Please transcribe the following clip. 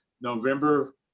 November